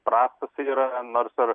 prastos yra nors ir